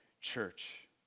church